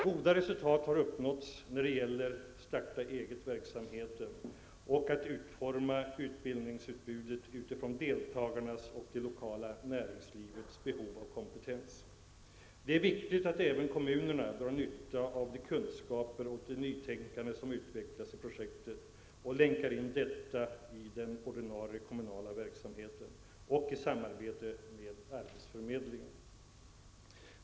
Goda resultat har uppnåtts när det gäller starta-eget-verksamheten och när det gäller att utforma utbildningsutbudet utifrån deltagarnas och det lokala näringslivets behov av kompetens. Det är viktigt att även kommunerna drar nytta av de kunskaper och det nytänkande som utvecklats i projektet och länkar in detta i den ordinarie kommunala verksamheten och i samarbetet med arbetsförmedlingen.